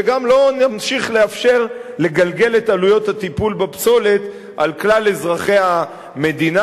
וגם לא נמשיך לאפשר לגלגל את עלויות הטיפול בפסולת על כלל אזרחי המדינה,